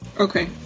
Okay